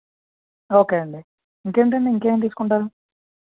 okay అండి ఇంకేంటండి ఇంకేం తీసుకుంటారు